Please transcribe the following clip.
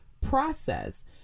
process